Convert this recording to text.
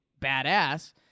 badass